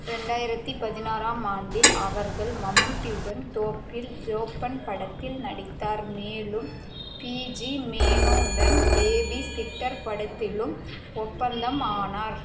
ரெண்டாயிரத்தி பதினாறாம் ஆண்டில் அவர்கள் மம்முட்டியுடன் தோப்பில் ஜோப்பன் படத்தில் நடித்தார் மேலும் பீஜி மேனோவுடன் பேபி சிட்டர் படத்திலும் ஒப்பந்தமானார்